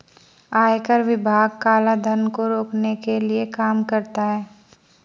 आयकर विभाग काला धन को रोकने के लिए काम करता है